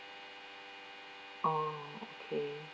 oh okay